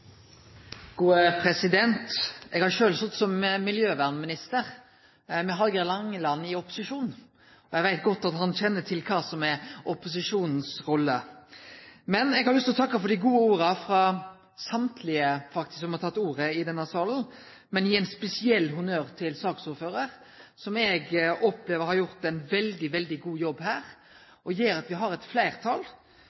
har sjølv sete som miljøvernminister med Hallgeir Langeland i opposisjon, og eg veit godt at han kjenner til kva som er opposisjonens rolle. Eg har lyst til å takke for dei gode orda frå alle, faktisk, som har teke ordet i denne saka, men eg vil gje ein spesiell honnør til saksordføraren, som eg opplever har gjort ein veldig, veldig god jobb her,